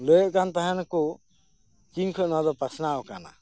ᱞᱟᱹᱭᱮᱫ ᱠᱟᱱ ᱛᱟᱦᱮᱱᱟᱠᱚ ᱪᱤᱱ ᱠᱷᱚᱱ ᱱᱚᱣᱟ ᱫᱚ ᱯᱟᱥᱱᱟᱣ ᱟᱠᱟᱱᱟ